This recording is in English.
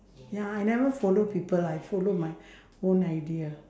ya I never follow people I follow my own idea